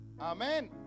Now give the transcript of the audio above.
Amen